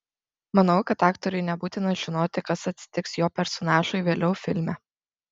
manau kad aktoriui nebūtina žinoti kas atsitiks jo personažui vėliau filme